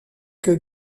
que